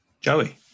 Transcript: Joey